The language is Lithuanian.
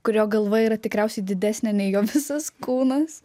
kurio galva yra tikriausiai didesnė nei jo visas kūnas